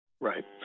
Right